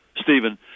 Stephen